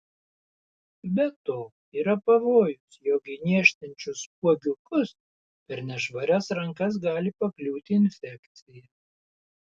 be to yra pavojus jog į niežtinčius spuogiukus per nešvarias rankas gali pakliūti infekcija